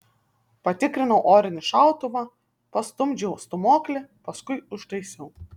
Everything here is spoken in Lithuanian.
patikrinau orinį šautuvą pastumdžiau stūmoklį paskui užtaisiau